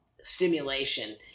stimulation